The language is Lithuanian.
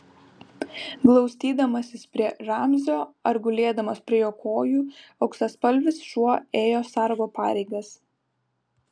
glaustydamasis prie ramzio ar gulėdamas prie jo kojų auksaspalvis šuo ėjo sargo pareigas